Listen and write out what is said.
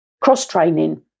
cross-training